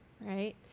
right